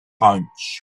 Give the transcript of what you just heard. punch